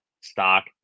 stock